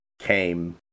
came